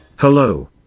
Hello